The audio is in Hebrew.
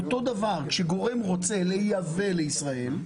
כאשר גורם רוצה לייבא לישראל,